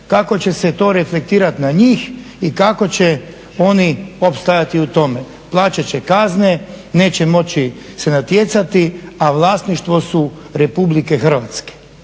kako će se to reflektirat na njih i kako će oni opstajati u tome? Plaćat će kazne, neće moći se natjecati, a vlasništvo su Republike Hrvatske.